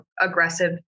aggressive